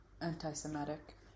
anti-Semitic